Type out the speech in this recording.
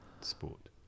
sport